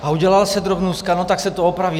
A udělala se drobnůstka, tak se to opraví.